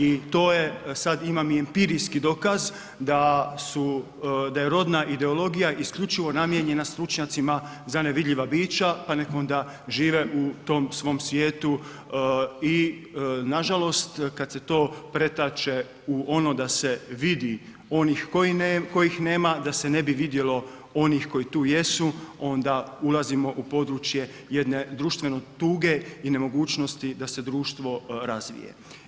I to je sad imam i empirijski dokaz da su, da je rodna ideologija isključivo namijenjena stručnjacima za nevidljiva bića pa nek onda žive u tom svom svijetu i nažalost kad se to pretače u ono da se vidi onih kojih nema, da se ne bi vidjelo onih koji tu jesu onda ulazimo u područje jedne društvene tuge i nemogućnosti da se društvo razvije.